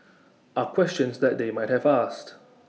are questions that they might have asked